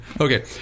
Okay